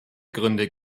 gründe